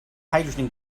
hydrogen